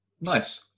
Nice